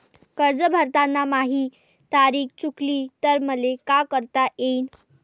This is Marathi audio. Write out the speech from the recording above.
कर्ज भरताना माही तारीख चुकली तर मले का करता येईन?